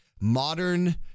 modern